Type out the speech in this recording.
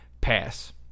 Pass